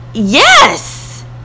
Yes